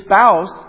spouse